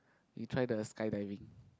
you try the skydiving